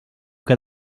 que